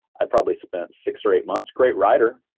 i probably spent six or eight months, great writer.